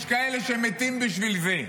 יש כאלה שמתים בשביל זה.